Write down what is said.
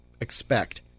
expect